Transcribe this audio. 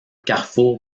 carrefour